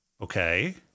Okay